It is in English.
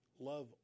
Love